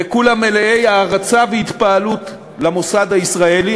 וכולם מלאי התפעלות והערצה למוסד הישראלי.